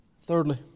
Thirdly